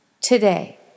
today